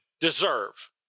deserve